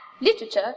Literature